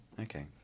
Okay